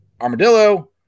Armadillo